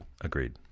Agreed